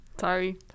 Sorry